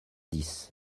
dix